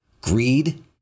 Greed